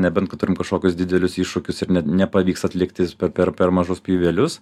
nebent kad turim kažkokius didelius iššūkius ir ne nepavyksta atlikti per per mažus pjūvelius